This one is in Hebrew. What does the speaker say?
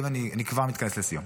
אני כבר מתכנס לסיום.